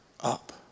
up